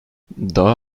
daha